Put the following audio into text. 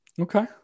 Okay